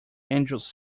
angels